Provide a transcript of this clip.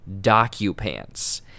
DocuPants